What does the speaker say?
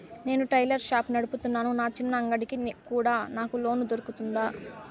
నేను tailor shop నడుపుతున్నాను, నా చిన్న అంగడి కి కూడా నాకు లోను దొరుకుతుందా?